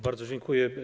Bardzo dziękuję.